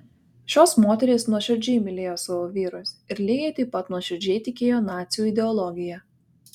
šios moterys nuoširdžiai mylėjo savo vyrus ir lygiai taip pat nuoširdžiai tikėjo nacių ideologija